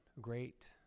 great